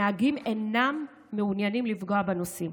הנהגים אינם מעוניינים לפגוע בנוסעים